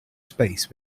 space